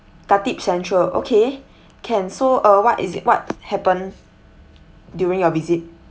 khatib central okay can so uh what is it what happened during your visit